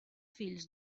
fills